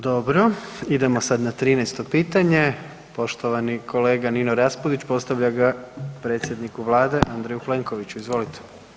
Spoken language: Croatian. Dobro, idemo sad na 13. pitanje, poštovani kolega Nino Raspudić postavlja ga predsjedniku vlade Andreju Plenkoviću, izvolite.